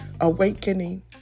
awakening